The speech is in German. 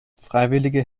freiwillige